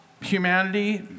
humanity